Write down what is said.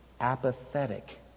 Apathetic